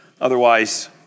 Otherwise